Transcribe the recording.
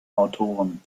autoren